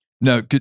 No